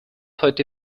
heute